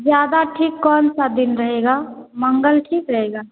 ज्यादा ठीक कौन सा दिन रहेगा मंगल ठीक रहेगा